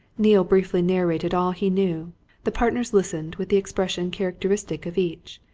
neale briefly narrated all he knew the partners listened with the expression characteristic of each,